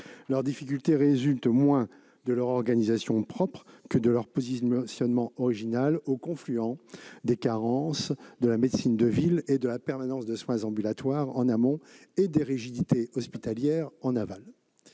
Leurs difficultés résultent moins de leur organisation propre que de leur positionnement original au confluent, en amont, des carences de la médecine de ville et de la permanence de soins ambulatoires et, en aval, des rigidités hospitalières.